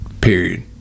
period